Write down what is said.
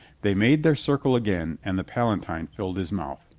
they made their circle again and the palatine filled his mouth.